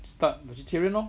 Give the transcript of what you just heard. start vegetarian lor